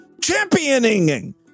championing